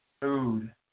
food